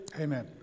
Amen